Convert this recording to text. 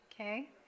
okay